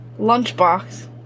Lunchbox